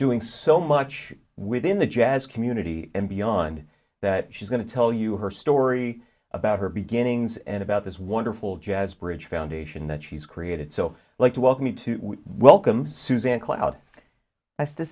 doing so much within the jazz community and beyond that she's going to tell you her story about her beginnings and about this wonderful jazz bridge foundation that she's created so like to welcome you to welcome suzanne cloud